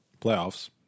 playoffs